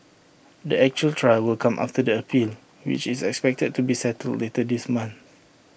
the actual trial will come after the appeal which is expected to be settled later this month